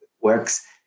works